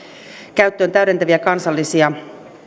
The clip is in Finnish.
käyttöön täydentäviä kansallisia